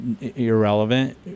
irrelevant